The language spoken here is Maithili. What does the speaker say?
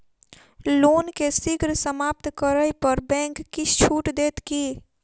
लोन केँ शीघ्र समाप्त करै पर बैंक किछ छुट देत की